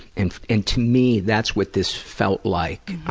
and and to me, that's what this felt like